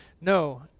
No